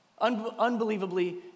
Unbelievably